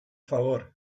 favor